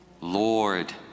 Lord